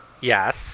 Yes